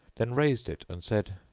then raised it and said,